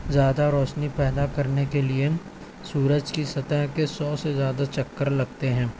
زیادہ روشنی پیدا کرنے کے لیے سورج کی سطح کے سو سے زیادہ چکر لگتے ہیں